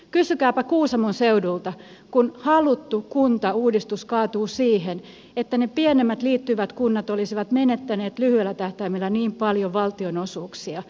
kysykääpä kuusamon seudulta kun haluttu kuntauudistus kaatuu siihen että ne pienemmät liittyvät kunnat olisivat menettäneet lyhyellä tähtäimellä niin paljon valtionosuuksia